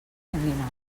sanguinàries